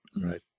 Right